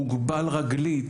מוגבל רגלית,